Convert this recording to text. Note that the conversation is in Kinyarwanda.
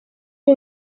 ari